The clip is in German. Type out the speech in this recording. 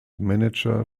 manager